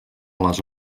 les